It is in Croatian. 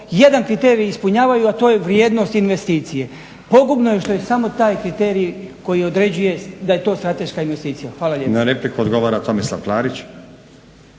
jedan kriterij ispunjavaju a to je vrijednost investicije. Pogubno je što je samo taj kriterij koji određuje da je to strateška investicija. hvala lijepa.